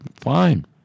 fine